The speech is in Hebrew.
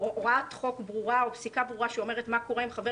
הוראת חוק ברורה או פסיקה ברורה שאומרת מה קורה עם חבר